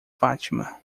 fátima